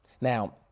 Now